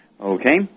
Okay